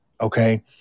Okay